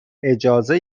اجازه